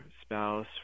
spouse